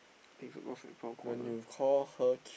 think is a lost and found corner